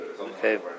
okay